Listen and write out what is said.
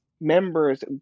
members